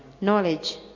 Knowledge